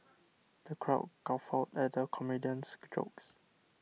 the crowd guffawed at the comedian's jokes